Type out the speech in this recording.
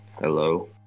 hello